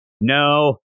No